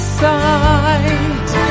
side